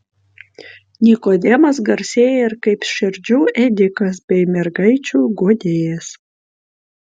nikodemas garsėja ir kaip širdžių ėdikas bei mergaičių guodėjas